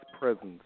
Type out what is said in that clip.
presence